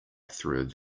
through